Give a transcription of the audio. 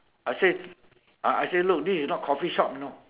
I said I say look this is not coffee shop you know